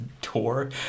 tour